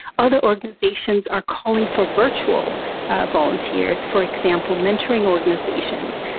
other organizations are calling for virtual volunteers for example, mentoring organizations.